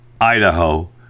Idaho